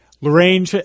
Lorraine